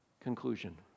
conclusion